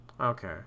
okay